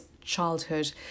childhood